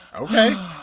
Okay